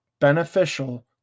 beneficial